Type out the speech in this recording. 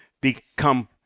become